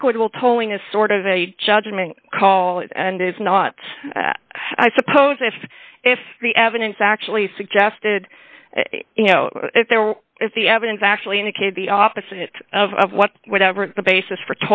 equitable tolling is sort of a judgement call it and it's not i suppose if if the evidence actually suggested you know if there were if the evidence actually indicated the opposite of what whatever the basis for